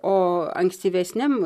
o ankstyvesniam